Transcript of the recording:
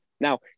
Now